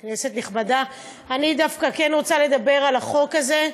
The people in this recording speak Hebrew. כנסת נכבדה, אני דווקא כן רוצה לדבר על החוק הזה.